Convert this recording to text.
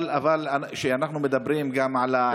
אבל כשאנחנו מדברים גם על העניין הזה,